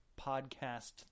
podcast